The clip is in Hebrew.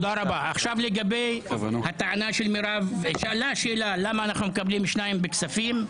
עכשיו לגבי הטענה של מירב למה אנחנו מקבלים שניים בכספים.